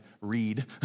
read